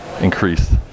increase